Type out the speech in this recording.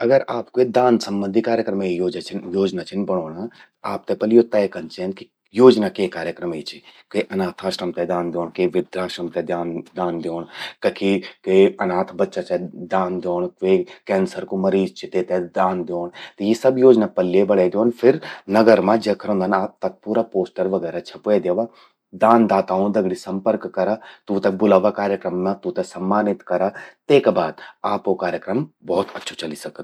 अगर आप क्वे दान संबंधी कार्यक्रमे योजना छिन बणौंणा, त आपते पलि यो तय कन चेंद कि योजना के कार्यक्रमे चि। के अनाथाश्रम ते दान द्योंण, के वृद्धाश्रम ते दान द्योंण, कखि क्वे अनाथ बच्चा ते दान द्योंण, कखि क्वे कैंसर कू मरीज चि तेते दान द्योंण, यी सब योजना पल्ये बणें द्योंण। फिर नगर मां जख रौंदन आप, तख पूरा पोस्टर वगैरह छपवे द्यावा, दानदाताओं दगड़ि संपर्क करा। तूंते बुलावा कार्यक्रम मां, तूंते सम्मानित करा। तेका बाद आपो कार्यक्रम भौत अच्छु चलि सकद।